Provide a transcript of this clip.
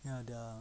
ya the